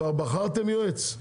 כבר בחרתם יועץ?